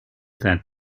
that